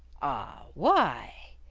ah, why!